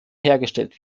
hergestellt